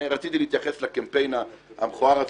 רציתי להתייחס לקמפיין המכוער הזה,